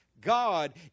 God